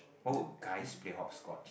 why would guys play hopscotch